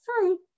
fruit